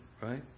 Right